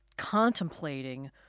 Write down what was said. contemplating